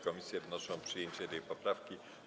Komisje wnoszą o przyjęcie tej poprawki.